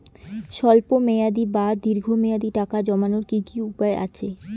স্বল্প মেয়াদি বা দীর্ঘ মেয়াদি টাকা জমানোর কি কি উপায় আছে?